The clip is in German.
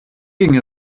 ging